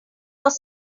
was